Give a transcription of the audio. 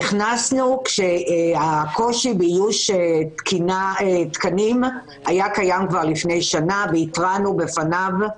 נכנסנו כשהקושי באיוש תקנים היה קיים כבר לפני שנה והתרענו מפניו.